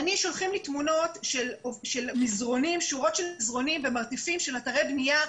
שולחים לי תמונות של שורות של מזרנים במרתפים של אתרי בנייה.